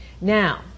Now